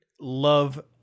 love